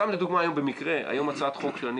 סתם לדוגמה היום במקרה הצעת חוק שאני